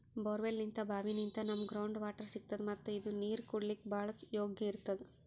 ಬೋರ್ವೆಲ್ನಿಂತ್ ಭಾವಿನಿಂತ್ ನಮ್ಗ್ ground water ಸಿಗ್ತದ ಮತ್ತ್ ಇದು ನೀರ್ ಕುಡ್ಲಿಕ್ಕ್ ಭಾಳ್ ಯೋಗ್ಯ್ ಇರ್ತದ್